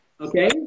Okay